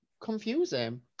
confusing